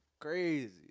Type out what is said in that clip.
Crazy